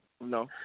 No